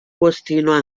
qüestionar